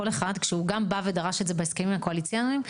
ישב ודרש את זה בהסכמים הקואליציוניים,